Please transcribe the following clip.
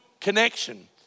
connection